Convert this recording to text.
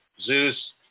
Zeus